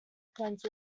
points